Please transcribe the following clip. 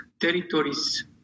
territories